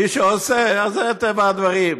ומי שעושה, זה טבע הדברים.